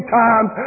times